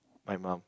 my mum